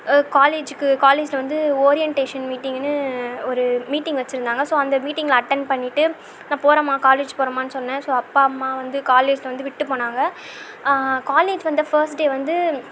காலேஜூக்கு காலேஜில் வந்து ஓரியன்டேஷன் மீட்டிங்குன்னு ஒரு மீட்டிங் வச்சுருந்தாங்க ஸோ அந்த மீட்டிங்களை அட்டென் பண்ணிவிட்டு போகிறம்மா காலேஜ் போகிறம்மா அப்படின்னு சொன்னேன் ஸோ அப்பா அம்மா வந்து காலேஜில் வந்து விட்டுப்போனாங்க காலேஜ் வந்த ஃபஸ்ட் டே வந்து